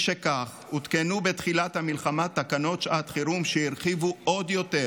משכך הותקנו בתחילת המלחמה תקנות שעת חירום שהרחיבו עוד יותר